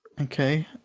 Okay